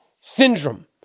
Syndrome